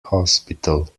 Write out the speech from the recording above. hospital